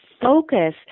focus